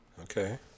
Okay